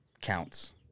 counts